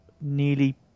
nearly